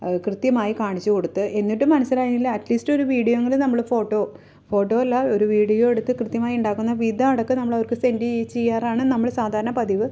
കൃത്യമായി കാണിച്ച് കൊടുത്ത് എന്നിട്ടും മനസ്സിലായില്ല അറ്റ് ലീസ്റ്റ് വീഡിയോ എങ്കിലും നമ്മൾ ഫോട്ടോ ഫോട്ടോ അല്ല ഒരു വീഡിയോ എടുത്ത് കൃത്യമായി ഉണ്ടാക്കുന്ന വിധം അടക്കം നമ്മൾ അവർക്ക് സെൻഡ് ചെയ്യാറാണ് നമ്മൾ സാധാരണ പതിവ്